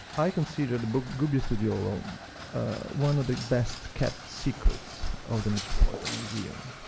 i consider the but gubbio studiolo um one of the best-kept secrets of the metropolitan museum.